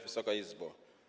Wysoka Izbo!